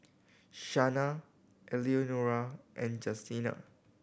Shana Eleanora and Justina